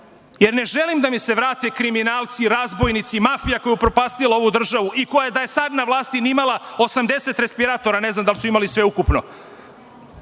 jer ne želim da mi se vrate kriminalni, razbojnici, mafija koja je upropastila ovu državu i koja da je sada na vlasti ne bi imala 80 respiratora, ne znam da li su imali sve ukupno,